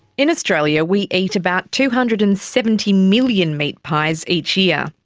in australia we eat about two hundred and seventy million meat pies each year.